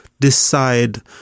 Decide